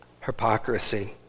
hypocrisy